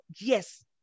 Yes